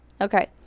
Okay